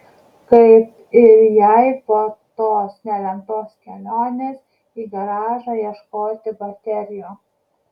kaip ir jai po tos nelemtos kelionės į garažą ieškoti baterijų